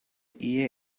ehe